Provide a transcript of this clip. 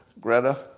Greta